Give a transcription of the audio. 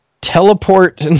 teleport